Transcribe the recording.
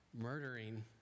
murdering